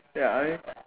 ya I mean